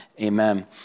Amen